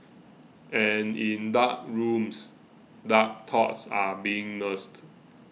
and in dark rooms dark thoughts are being nursed